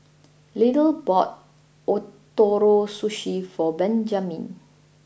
Little bought Ootoro Sushi for Benjamine